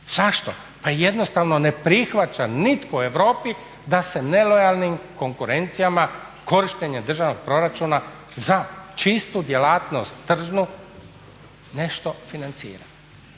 Zašto? Pa jednostavno ne prihvaća nitko u Europi da se nelojalnim konkurencijama, korištenje državnog proračuna za čistu djelatnost tržnu nešto financira.